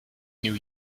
new